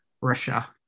Russia